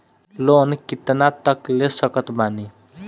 Loan कितना तक ले सकत बानी?